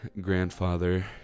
grandfather